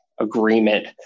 agreement